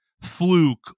Fluke